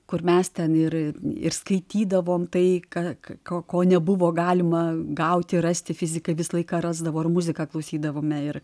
kur mes ten ir ir skaitydavom tai ką ko ko nebuvo galima gauti rasti fizikai visą laiką rasdavo ar muziką klausydavome ir